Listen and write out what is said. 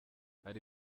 hari